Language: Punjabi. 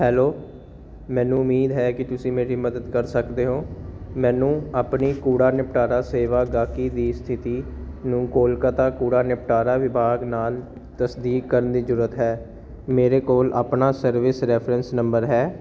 ਹੈਲੋ ਮੈਨੂੰ ਉਮੀਦ ਹੈ ਕਿ ਤੁਸੀਂ ਮੇਰੀ ਮਦਦ ਕਰ ਸਕਦੇ ਹੋ ਮੈਨੂੰ ਆਪਣੀ ਕੂੜਾ ਨਿਪਟਾਰਾ ਸੇਵਾ ਗਾਹਕੀ ਦੀ ਸਥਿਤੀ ਨੂੰ ਕੋਲਕਾਤਾ ਕੂੜਾ ਨਿਪਟਾਰਾ ਵਿਭਾਗ ਨਾਲ ਤਸਦੀਕ ਕਰਨ ਦੀ ਜ਼ਰੂਰਤ ਹੈ ਮੇਰੇ ਕੋਲ ਆਪਣਾ ਸਰਵਿਸ ਰੈਫਰੈਂਸ ਨੰਬਰ ਹੈ